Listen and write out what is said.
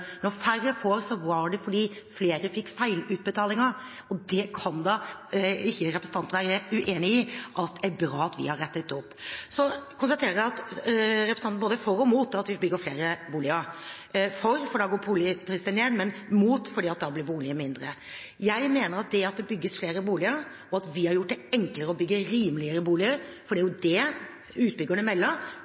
Når færre får, er det fordi flere fikk feilutbetalinger, og representanten kan da ikke være uenig i at er bra at vi har rettet opp det. Så konstaterer jeg at representanten er både for og imot at vi bygger flere boliger – for fordi boligprisene går ned, men mot fordi boligene blir mindre. Det bygges flere boliger, og vi har gjort det enklere å bygge rimeligere boliger. Det er det utbyggerne melder.